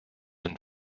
and